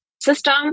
system